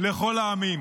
לכל העמים.